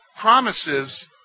promises